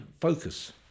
focus